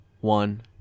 one